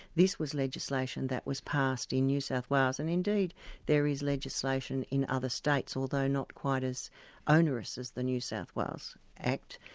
this was legislation that was passed in new south wales, and indeed there is legislation in other states, although not quite onerous as the new south wales act.